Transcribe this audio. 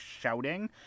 shouting